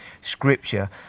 scripture